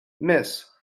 miss